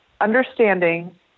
understanding